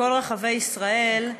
בכל רחבי ישראל,